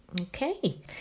okay